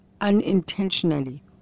unintentionally